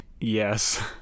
yes